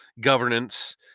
governance